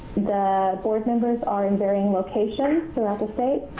the board members are in varying locations throughout the state.